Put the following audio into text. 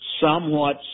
somewhat